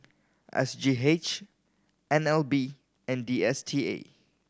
S G H N L B and D S T A